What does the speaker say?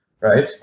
Right